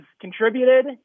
contributed